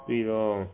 对 loh